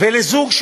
ולזוג,